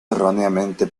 erróneamente